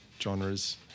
genres